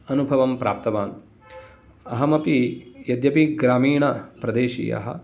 अनुभवं प्राप्तवान् अहमपि यद्यपि ग्रामीणप्रदेशीयः